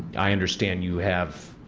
i understand you have